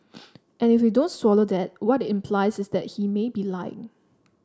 and if we don't swallow that what it implies is that he may be lying